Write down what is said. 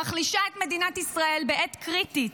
שמחלישה את מדינת ישראל בעת קריטית,